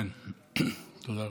כן, תודה.